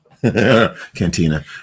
cantina